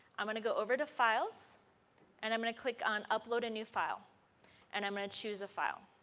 um going to go over to files and i am going to click on upload a new file and i am going to choose a file